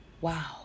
Wow